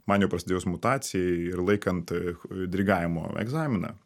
man jau prasidėjus mutacijai ir laikant dirigavimo egzaminą